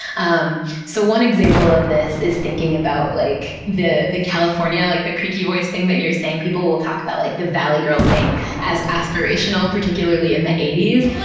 um so one example of this is thinking about like the the california, like creaky-voice thing that you were saying. people will talk about like the valley girl thing as aspirational, particularly in the eighties.